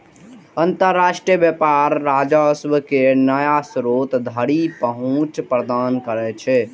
अंतरराष्ट्रीय व्यापार राजस्व के नया स्रोत धरि पहुंच प्रदान करै छै